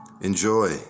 Enjoy